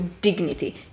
dignity